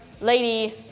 lady